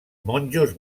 monjos